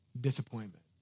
disappointment